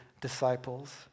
disciples